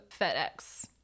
FedEx